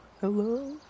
Hello